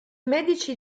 medici